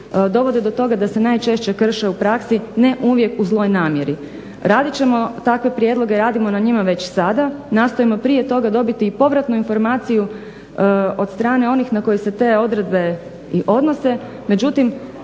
dovode do toga da se najčešće krše u praksi ne uvijek u zloj namjeri. Radit ćemo takve prijedloge, radimo na njima već sada, nastojimo prije toga dobiti i povratnu informaciju od strane onih na koje se te odredbe i odnose, međutim